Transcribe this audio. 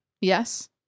Yes